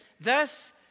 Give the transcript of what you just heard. thus